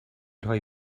rhoi